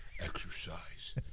exercise